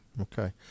Okay